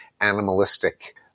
animalistic